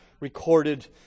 recorded